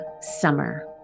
summer